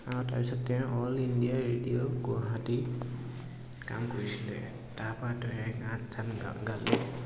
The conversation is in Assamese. আৰু তাৰপিছত তেওঁ অল ইণ্ডিয়া ৰেডিঅ' গুৱাহাটী কাম কৰিছিলে তাৰপৰা তে গান চান গা গালে